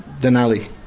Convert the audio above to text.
Denali